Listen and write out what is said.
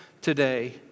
today